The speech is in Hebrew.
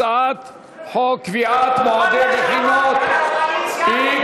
הצעת חוק קביעת מועדי בחינות (אי-קיום